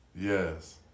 Yes